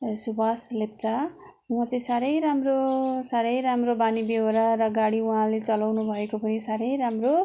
सुभाष लेप्चा उहाँ चाहिँ साह्रै राम्रो साह्रै राम्रो बानी बेहोरा र गाडी उहाँले चलाउनु भएको पनि साह्रै राम्रो